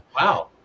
wow